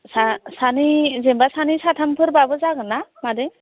सा सानै जेन'बा सानै साथामफोर बाबो जागोन ना मादै